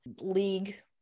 league